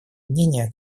мнения